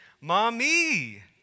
Mommy